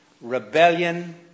rebellion